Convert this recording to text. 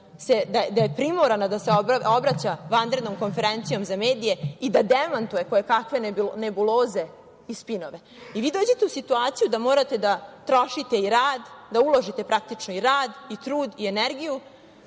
da je primorana da se obraća vanrednom konferencijom za medija i da demantuje koje kave nebuloze i spinove. Vi dođete u situaciju da morate da trošite i rad, da uložite praktično i rad, i trud, i energiju